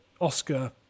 Oscar